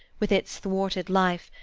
with its thwarted life,